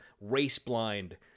race-blind